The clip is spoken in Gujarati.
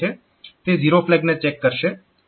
તે ઝીરો ફ્લેગને ચેક કરશે